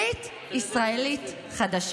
ברית ישראלית חדשה.